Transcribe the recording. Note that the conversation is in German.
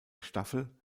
staffel